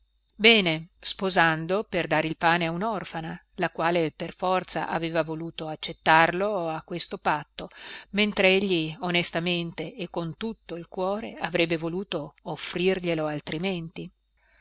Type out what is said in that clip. bene sposando per dare il pane a unorfana la quale per forza aveva voluto accettarlo a questo patto mentregli onestamente e con tutto il cuore avrebbe voluto offrirglielo altrimenti